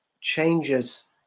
changes